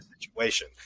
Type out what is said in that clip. situation